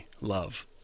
love